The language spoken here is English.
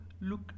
look